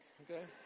okay